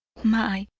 my!